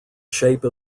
shape